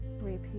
Repeat